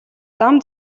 зам